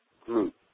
group